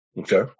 Okay